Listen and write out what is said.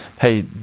hey